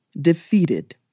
defeated